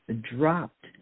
dropped